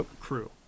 crew